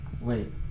wait